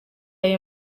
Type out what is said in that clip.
ayo